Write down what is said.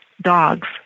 dogs